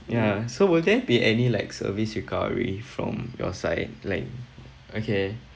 ya so will there be any like service recovery from your side like okay